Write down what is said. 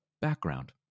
background